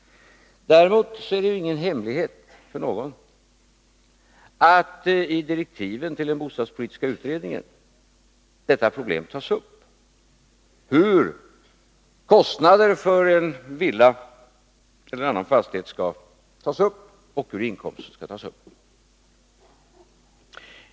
Däremot är det ingen hemlighet för någon att detta problem tas upp i direktiven till bostadspolitiska utredningen, nämligen hur kostnaderna och inkomsterna för en villa eller en annan fastighet skall fördelas.